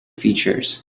features